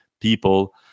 people